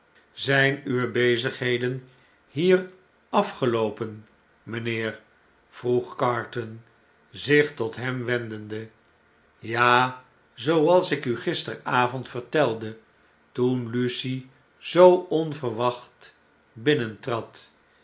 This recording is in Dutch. zjjn uwe bezigheden hier afgeloopen mijnheer vroeg carton zich tot hem wendende ja zooals ik u gisteravond vertelde toen lucie zoo onverwacht